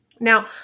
Now